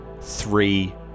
three